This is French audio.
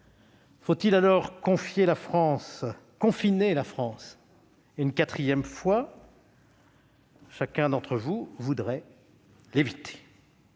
Faut-il alors confiner la France une quatrième fois ? Chacun d'entre nous voudrait l'éviter.